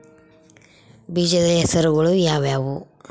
ಬೇಜದ ಹೆಸರುಗಳು ಯಾವ್ಯಾವು?